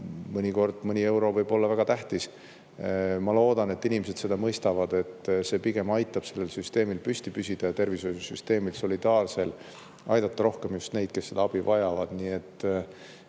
mõnikord mõni euro võib olla väga tähtis. Ma loodan, et inimesed mõistavad, et see pigem aitab sellel süsteemil püsti püsida ja tervishoiusüsteemi kaudu solidaarselt aidata rohkem neid, kes seda abi vajavad.